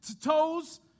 toes